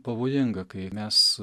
pavojinga kai mes